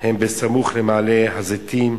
הם סמוך למעלה-הזיתים.